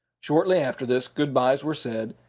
shortly after this, good-bys were said,